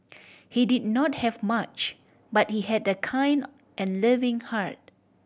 he did not have much but he had a kind and loving heart